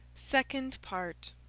second part